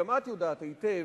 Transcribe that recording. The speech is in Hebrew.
וגם את יודעת היטב,